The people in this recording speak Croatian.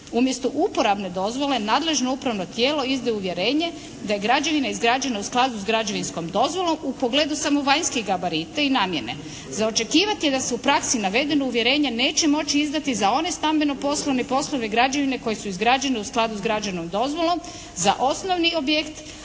Umjesto uporabne dozvole nadležno upravno tijelo izdaje uvjerenje da je građevina izgrađena u skladu s građevinskom dozvolom u pogledu samo vanjskih gabarita i namjene. Za očekivati je da se u praksi navedena uvjerenja neće moći izdati za one stambeno-poslovne i poslovne građevine koje su izgrađene u skladu s građevnom dozvolom za osnovni objekt